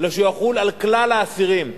אלא שהוא יחול על כלל האסירים.